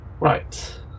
Right